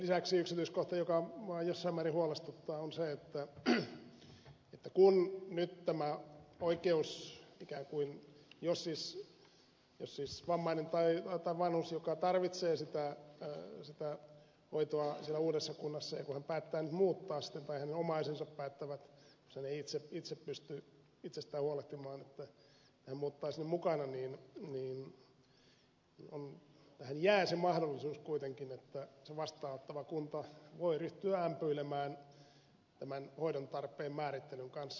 lisäksi yksityiskohta joka minua jossain määrin huolestuttaa on se että jos on siis vammainen tai vanhus joka tarvitsee sitä hoitoa siellä uudessa kunnassa ja päättää nyt muuttaa tai hänen omaisensa päättävät jos hän ei itse pysty itsestään huolehtimaan että hän muuttaa mukana niin tähän jää se mahdollisuus kuitenkin että se vastaanottava kunta voi ryhtyä ämpyilemään tämän hoidon tarpeen määrittelyn kanssa